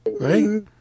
right